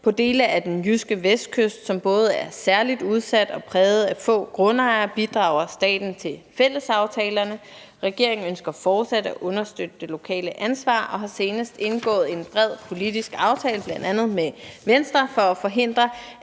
På dele af den jyske vestkyst, som både er særlig udsat og præget af få grundejere, bidrager staten til fællesaftalerne. Regeringen ønsker fortsat at understøtte det lokale ansvar og har senest indgået en bred politisk aftale, bl.a. med Venstre, for at forhindre,